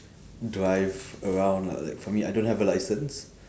drive around lah like for me I don't have a license